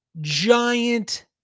Giant